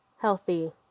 healthy